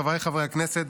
חבריי חברי הכנסת,